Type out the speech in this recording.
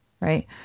right